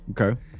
Okay